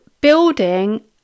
building